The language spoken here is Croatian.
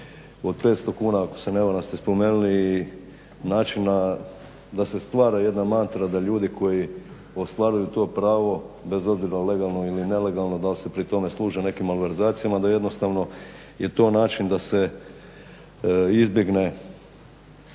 od 500 kuna ako ste ne varam ste spomenuli način da se stvara jedna mantra da ljudi koji ostvaruju to pravo bez obzira legalno ili nelegalno da se pri tome služe nekim malverzacijama da jednostavno je to način da se izbjegne